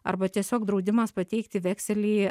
arba tiesiog draudimas pateikti vekselį